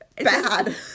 bad